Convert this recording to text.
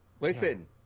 Listen